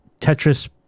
Tetris